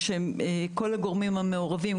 כל הגורמים המעורבים,